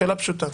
שאלה פשוטה.